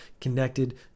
connected